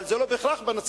אבל זה לא בהכרח בנצרת,